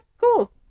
cool